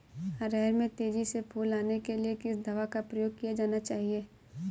अरहर में तेजी से फूल आने के लिए किस दवा का प्रयोग किया जाना चाहिए?